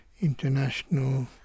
international